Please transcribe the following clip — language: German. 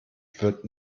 wird